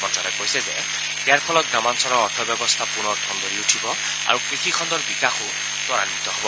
মন্ত্যালয়ে কৈছে যে ইয়াৰ ফলত গ্ৰামাঞ্চলৰ অৰ্থ ব্যৱস্থা পুনৰ ঠন ধৰি উঠিব আৰু কৃষিখণ্ডৰ বিকাশো তৰাদ্বিত হ'ব